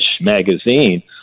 magazine